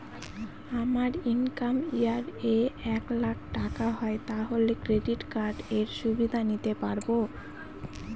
আমার income year এ এক লাক টাকা হয় তাহলে ক্রেডিট কার্ড এর সুবিধা নিতে পারবো?